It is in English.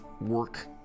work